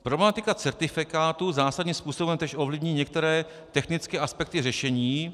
Problematika certifikátů zásadním způsobem též ovlivní některé technické aspekty řešení...